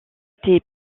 été